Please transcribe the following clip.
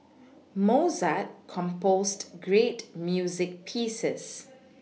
Mozart composed great music pieces